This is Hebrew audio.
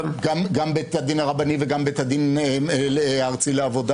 גם בית הדין הרבני וגם בית הדין הארצי לעבודה